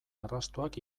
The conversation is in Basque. arrastoak